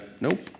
Nope